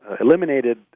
eliminated